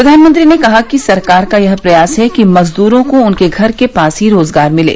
प्रधानमंत्री ने कहा कि सरकार का यह प्रयास है कि मजदूरों को उनके घर के पास ही रोजगार मिले